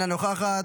אינה נוכחת,